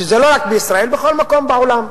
שזה לא רק בישראל, בכל מקום בעולם.